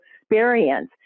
experience